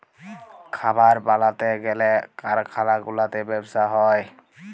খাবার বালাতে গ্যালে কারখালা গুলাতে ব্যবসা হ্যয়